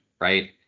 right